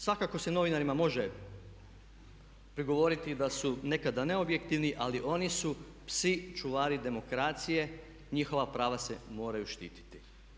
Svakako se novinarima može prigovoriti da su nekad neobjektivni ali oni su svi čuvari demokracije, njihova prava se moraju štititi.